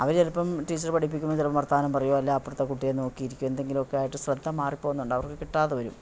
അവർ ചിലപ്പം ടീച്ചറ് പഠിപ്പിക്കുമ്പോൾ ചിലപ്പം വർത്താനം പറയുകയോ അല്ലെ അപ്പുറത്തെ കുട്ടിയെ നോക്കി ഇരിക്കുകയോ എന്തെങ്കിലും ഒക്കെ ആയിട്ട് ശ്രദ്ധ മാറി പോകുന്നുണ്ട് അവർക്ക് കിട്ടാതെ വരും